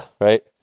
right